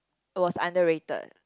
it was underrated